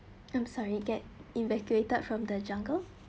I'm sorry get evacuated from the jungle